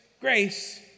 grace